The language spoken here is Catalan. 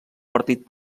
partit